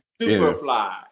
Superfly